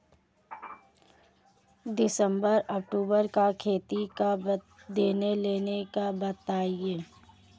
सितंबर अक्तूबर का खाते का लेनदेन बताएं